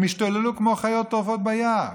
הם השתוללו כמו חיות טורפות ביער.